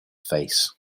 face